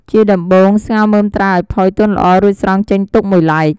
ជាដំបូង ស្ងោរមើមត្រាវឱ្យផុយទន់ល្អ រួចស្រង់ចេញទុកមួយឡែក។